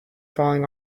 falling